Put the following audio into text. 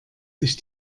sich